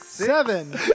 Seven